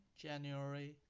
January